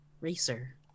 Racer